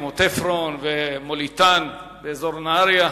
כמו "תפרון" ו"מוליתן" באזור נהרייה,